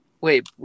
Wait